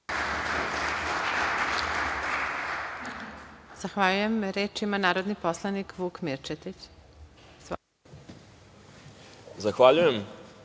Zahvaljujem. Reč ima narodni poslanik Vuk Mirčetić. Izvolite.